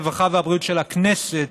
הרווחה והבריאות של הכנסת,